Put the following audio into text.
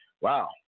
wow